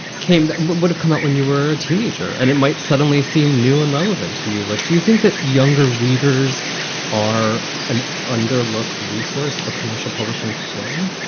came that would have come up when you were a teenager and it might suddenly seem new and relevant to you. look, do you think that younger readers are under looked resource for commercial publishing today?